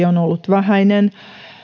on on ollut vähäinen